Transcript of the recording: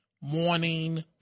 morning